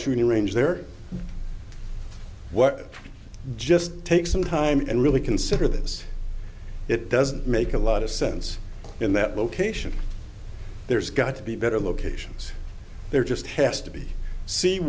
shooting range there what just take some time and really consider this it doesn't make a lot of sense in that location there's got to be better locations there just has to be